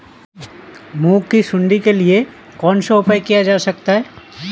मूंग की सुंडी के लिए कौन सा उपाय किया जा सकता है?